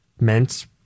meant